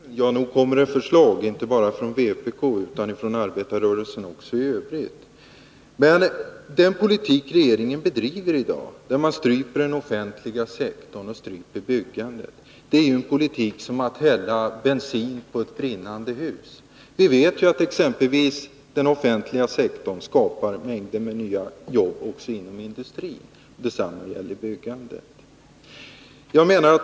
Herr talman! Nog kommer det förslag, inte bara från vpk, utan också från arbetarrörelsen i övrigt. Men att föra en sådan politik som regeringen driver i dag, där man stryper den offentliga sektorn och byggandet, är ju som att hälla bensin på ett brinnande hus. Vi vet att exempelvis den offentliga sektorn skapar mängder av nya jobb också inom industrin. Detsamma gäller byggandet.